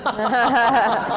um and